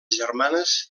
germanes